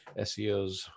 SEOs